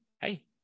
hey